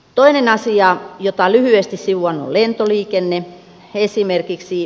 toinen asia jota lyhyesti sivuan lentoliikenne esimerkiksi